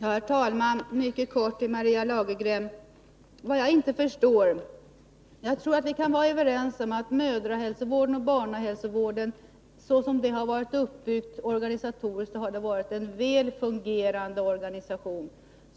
Herr talman! Mycket kort till Maria Lagergren: Jag tror att vi kan vara överens om att mödrahälsovården och barnahälsovården såsom de har varit uppbyggda organisatoriskt har fungerat väl